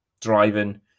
driving